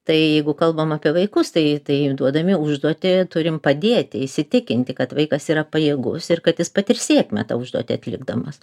tai jeigu kalbam apie vaikus tai duodami užduotį turim padėti įsitikinti kad vaikas yra pajėgus ir kad jis patirs sėkmę tą užduotį atlikdamas